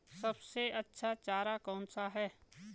सबसे अच्छा चारा कौन सा है?